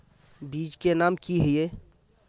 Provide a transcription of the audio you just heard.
बीज के नाम की हिये?